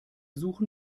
suchen